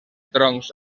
troncs